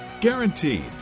Guaranteed